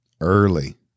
early